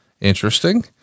interesting